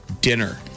dinner